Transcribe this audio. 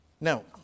Now